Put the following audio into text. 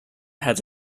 had